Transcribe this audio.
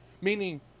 meaning